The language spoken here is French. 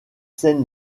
scènes